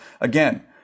again